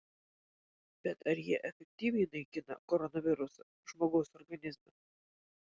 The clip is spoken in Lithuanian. bet ar jie efektyviai naikina koronavirusą žmogaus organizme